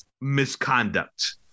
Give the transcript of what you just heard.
misconduct